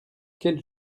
quel